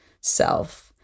self